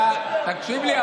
תקשיב לי.